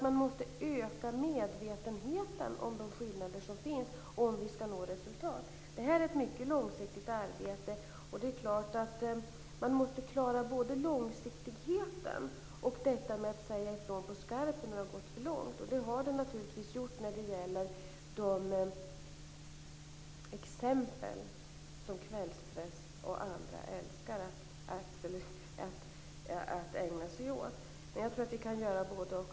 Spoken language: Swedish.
Man måste öka medvetenheten om de skillnader som finns, om vi skall nå resultat. Det här är ett mycket långsiktigt arbete, och man måste klara både långsiktigheten och detta med att säga ifrån på skarpen när det har gått för långt. Och det har det naturligtvis gjort när det gäller de exempel som kvällspress och andra älskar att ägna sig åt. Jag tror att vi kan göra både-och.